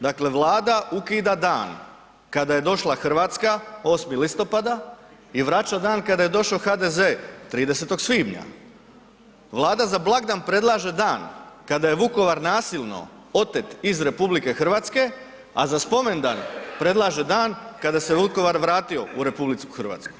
Dakle, Vlada ukida dan kada je došla Hrvatska 8. listopada i vraća dan kada je došao HDZ 30. svibnja, Vlada za blagdan predlaže dan kada je Vukovar nasilno otete iz RH, a za spomendan predlaže dan kada se Vukovar vratio u RH.